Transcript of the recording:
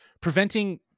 preventing